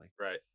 Right